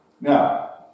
Now